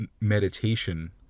meditation